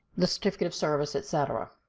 the certificate of service, etc.